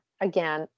Again